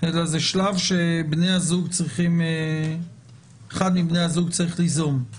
אלא זה שלב שבני הזוג צריכים או אחד מבני הזוג צריך ליזום.